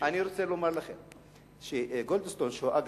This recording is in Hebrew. אני רוצה לומר לכם שגולדסטון, שהוא יהודי,